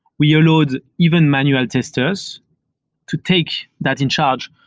we you know load even manual testers to take that in charge,